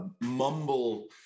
mumble